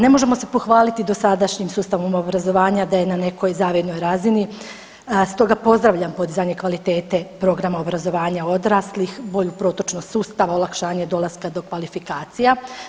Ne možemo se pohvaliti dosadašnjim sustavom obrazovanja da je na nekoj zavidnoj razini, stoga pozdravljam podizanje kvalitete programa obrazovanja odraslih, bolju protočnost sustava, olakšanje dolaska do kvalifikacija.